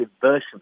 version